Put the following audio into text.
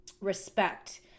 respect